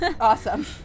awesome